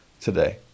today